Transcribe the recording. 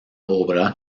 obra